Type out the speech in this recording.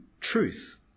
truth